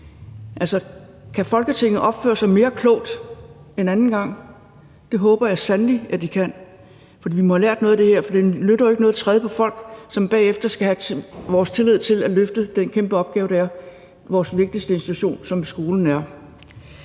kan Folketinget opføre sig mere klogt en anden gang? Det håber jeg sandelig at de kan, for vi må jo have lært noget af det her, for det nytter jo ikke noget at træde på folk, som bagefter skal have vores tillid til at løfte den kæmpe opgave, det er, vores vigtigste institution, som skolen er,